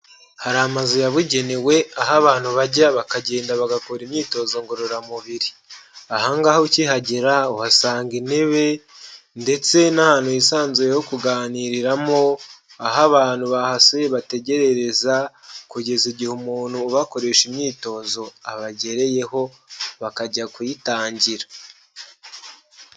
Hari amazu yabugenewe aho abantu bajya bakagenda bagakora imyitozo ngororamubiri, ahangaha ukihagera uhasanga intebe ndetse n'ahantu hisanzuye ho kuganiriramo, aho abantu bahasuye bategererereza kugeza igihe umuntu ubakoresha imyitozo abagereyeho bakajya kuyitangira.